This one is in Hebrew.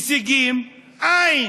הישגים, אין.